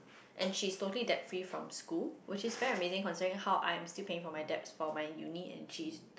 and she is totally that free from school which is very amazing concerning how I am still paying for my depth for my Uni and she